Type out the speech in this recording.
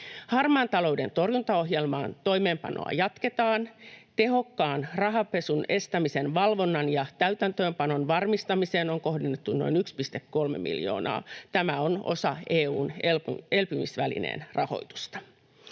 Harmaan talouden torjuntaohjelman toimeenpanoa jatketaan. Tehokkaan rahanpesun estämisen, valvonnan ja täytäntöönpanon varmistamiseen on kohdennettu noin 1,3 miljoonaa. Tämä on osa EU:n elpymisvälineen rahoitusta.